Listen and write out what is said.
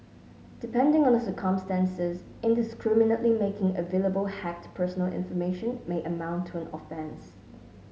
depending on the circumstances indiscriminately making available hacked personal information may amount to an offence